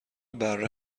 بره